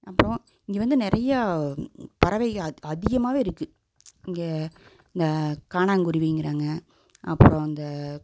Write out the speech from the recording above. அப்றம் இங்கே வந்து நிறையா பறவை அதிகமாகவே இருக்குது இங்கே காணாங்குருவிங்கிறாங்க அப்றம் இந்த